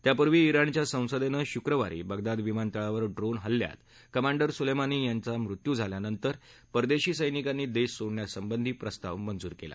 त्यात्पूर्वी आणच्या संसदेनं शुक्रवारी बगदाद विमानतळावर ड्रोन हल्ल्यात कमांडर सोलेमानी यांचा मृत्यू झाल्यानंतर परदेशी सैनिकानी देश सोडण्यासंबंधी प्रस्ताव मंजूर केला